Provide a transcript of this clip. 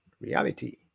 reality